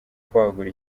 kwagura